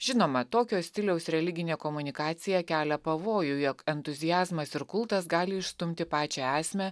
žinoma tokio stiliaus religinė komunikacija kelia pavojų jog entuziazmas ir kultas gali išstumti pačią esmę